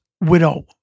widow